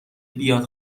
بیاد